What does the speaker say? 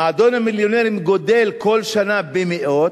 מועדון המיליונרים גדל כל שנה במאות,